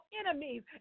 enemies